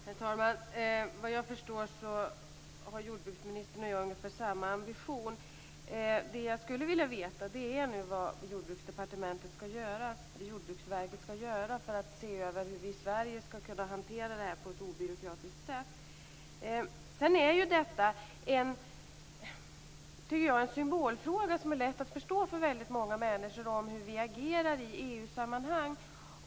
Herr talman! Såvitt jag förstår har jordbruksministern och jag ungefär samma ambition. Det jag skulle vilja veta är vad Jordbruksverket skall göra för att se över hur vi i Sverige skall kunna hantera det här på ett obyråkratiskt sätt. Detta är en symbolfråga som är lätt att förstå för väldigt många människor om hur vi agerar i EU sammanhang.